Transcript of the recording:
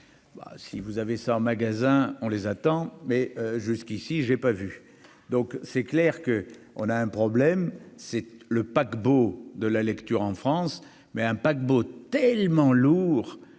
si vous avez 100 magasin on les attend, mais jusqu'ici, j'ai pas vu, donc c'est clair que, on a un problème, c'est le paquebot de la lecture en France mais un paquebot tellement lourd